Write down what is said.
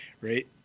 right